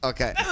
Okay